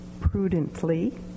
prudently